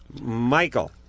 Michael